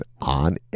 on